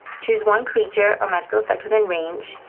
choose one creature or magical effect within range,